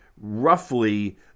roughly